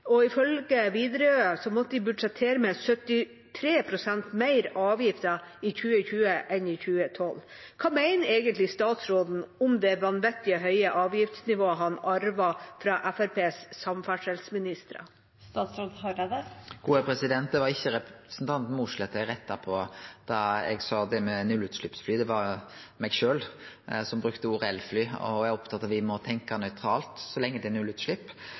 og CO 2 -avgift. Ifølge Widerøe måtte de budsjettere med 73 pst. mer avgifter i 2020 enn i 2012. Hva mener egentlig statsråden om det vanvittig høye avgiftsnivået han arvet fra Fremskrittspartiets samferdselsministre? Det var ikkje representanten Mossleth eg retta på da eg sa det med nullutsleppsfly, det var eg sjølv som brukte ordet «elfly». Eg er opptatt av at me må tenkje nøytralt – så lenge det er